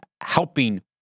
helping